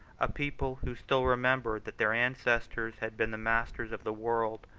a people, who still remembered that their ancestors had been the masters of the world,